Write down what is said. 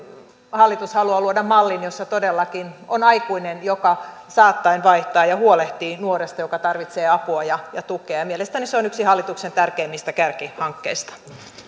hallitus haluaa luoda mallin jossa todellakin on aikuinen joka saattaen vaihtaa ja huolehtii nuoresta joka tarvitsee apua ja ja tukea mielestäni se on yksi hallituksen tärkeimmistä kärkihankkeista